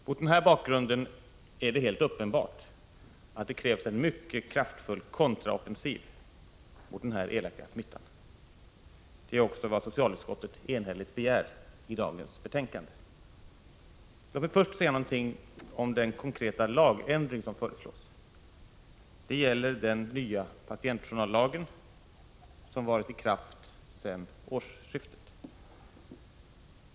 Mot den här bakgrunden är det helt uppenbart att det krävs en mycket kraftfull kontraoffensiv mot den här elaka smittan. Det är också vad socialutskottet enhälligt begär i detta betänkande. Låt mig först säga något om den konkreta lagändring som föreslås. Den gäller den nya patientjournallagen, som varit i kraft sedan årsskiftet.